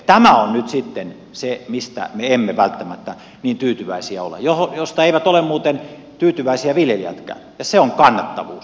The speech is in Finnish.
tämä on nyt sitten se mistä me emme välttämättä niin tyytyväisiä ole mistä eivät ole muuten tyytyväisiä viljelijätkään ja se on kannattavuus